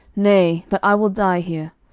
nay but i will die here.